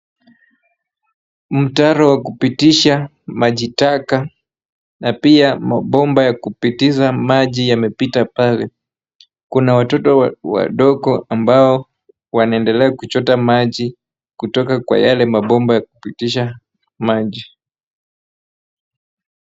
Mtaro wa kupitisha maji taka na pia mabomba ya kupitisha maji yamepita pale. Kuna watoto wadogo ambao wanaendela kuchota maji kutoka kwa yale mabomba ya kupitisha maji.